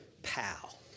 pal